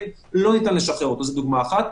זה יהיה דקה.